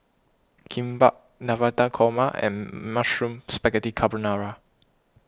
Kimbap Navratan Korma and Mushroom Spaghetti Carbonara